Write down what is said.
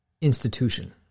institution